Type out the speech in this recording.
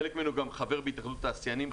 חלק ממנו גם חבר בהתאחדות התעשיינים,